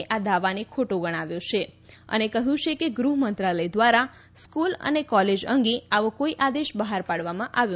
એ આ દાવાને ખોટો ગણાવ્યો છે અને કહ્યું છે કે ગૃહ મંત્રાલય દ્વારા સ્ફૂલ અને કોલેજ અંગે આવો કોઈ આદેશ બહાર પાડવામાં આવ્યો નથી